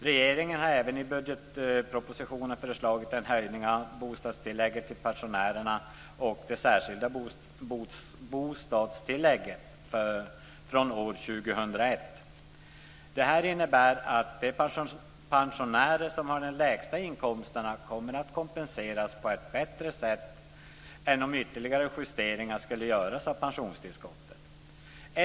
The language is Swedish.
Regeringen har vidare i budgetpropositionen föreslagit en höjning av bostadstillägget och det särskilda bostadstillägget till pensionärer från år 2001. Detta innebär att de pensionärer som har de lägsta inkomsterna kommer att kompenseras på ett bättre sätt än om ytterligare justeringar skulle göras av pensionstillskottet.